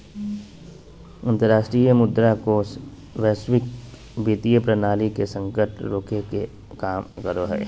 अंतरराष्ट्रीय मुद्रा कोष वैश्विक वित्तीय प्रणाली मे संकट रोके के काम करो हय